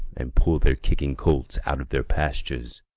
and pull their kicking colts out of their pastures.